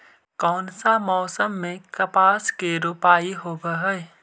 कोन सा मोसम मे कपास के रोपाई होबहय?